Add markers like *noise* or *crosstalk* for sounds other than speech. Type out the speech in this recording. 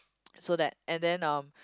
*noise* so that and then um